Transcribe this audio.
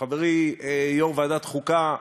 חברי יושב-ראש ועדת החוקה,